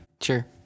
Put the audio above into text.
sure